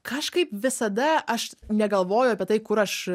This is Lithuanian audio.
kažkaip visada aš negalvoju apie tai kur aš